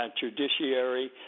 Judiciary